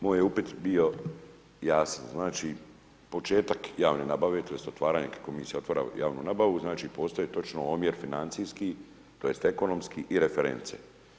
Moj je upit bio, jasan, znači, početak javne nabave, tj. otvaranje kad komisija otvara javnu nabavu, znači postoje točno omjer financijski tj. ekonomski i reference.